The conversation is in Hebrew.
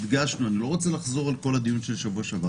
הדגשנו אני לא רוצה לחזור על כל הדיון של השבוע שעבר